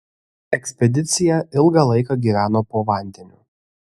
ekspedicija ilgą laiką gyveno po vandeniu